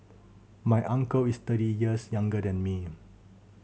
my uncle is thirty years younger than me